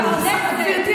הכללים, יש כללים בכנסת.